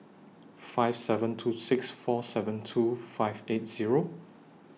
five seven two six four seven two five eight Zero